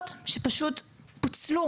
אשרת כניסה חוזרת.